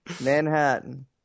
Manhattan